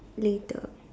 later